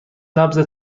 نبض